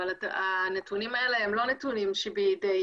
אבל הנתונים האלה הם לא נתונים שבידיי,